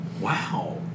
Wow